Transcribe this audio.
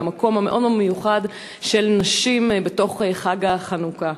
והמקום המאוד-מאוד מיוחד של נשים בתוך חג החנוכה.